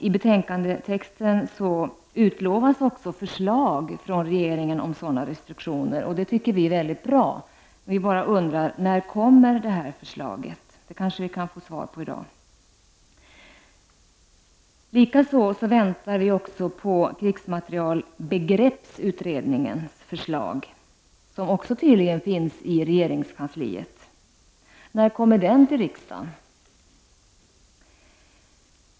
I betänkandet utlovades också ett förslag från regeringen till sådana restriktioner. Det tycker vi är mycket bra. Vi undrar bara när förslaget kommer. Detta kanske vi kan få svar på i dag. Vi väntar också på krigsmaterielbegreppsutredningens förslag, som tydligen finns i regeringskansliet även den. När kommer det förslaget till riksdagen?